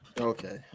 okay